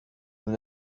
nous